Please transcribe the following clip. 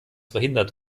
verhindert